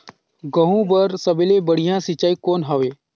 गहूं बर सबले बढ़िया सिंचाई कौन हवय?